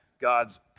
God's